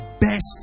best